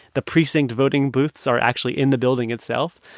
the precinct voting booths are actually in the building itself.